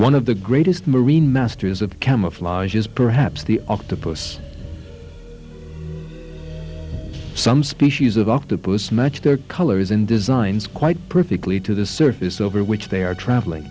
one of the greatest marine masters of camouflage is perhaps the octopus some species of octopus match their colors in designs quite perfectly to the surface over which they are travelling